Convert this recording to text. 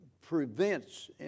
prevents